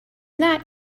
that